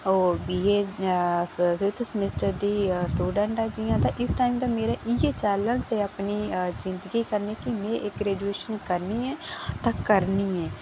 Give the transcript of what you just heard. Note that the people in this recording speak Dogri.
ओह् बीए फिफ्थ सेमिस्टर दी स्टूडेंट ऐं जियां ते इस टाइम ते मेरा इयै चैलेंज ऐ अपनी जिंदगी कन्नै कि में एह् ग्रेजुएशन करनी ऐ ते करनी ऐ